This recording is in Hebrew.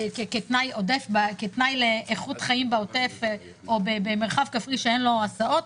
כתנאי לאיכות חיים בעוטף או במרחב כפרי שאין לו הסעות?